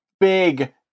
big